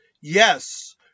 Yes